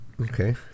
Okay